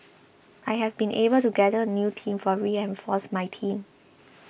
I have been able to gather a new team to reinforce my team